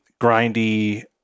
grindy